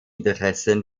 interessen